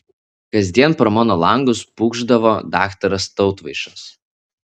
kasdien pro mano langus pūkšdavo daktaras tautvaišas